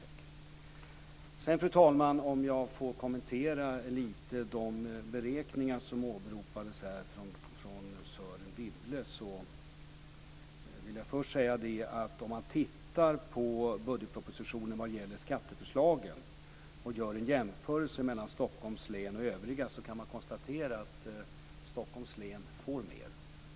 Sedan, fru talman, ska jag lite kommentera de beräkningar av Sören Wibe som åberopades. Först vill jag säga att om man tittar närmare på skatteförslagen i budgetpropositionen och gör en jämförelse mellan Stockholms län och övriga län, kan man konstatera att Stockholms län får mer.